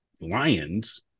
Lions